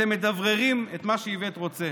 אתם מדבררים את מה שאיווט רוצה.